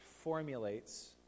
formulates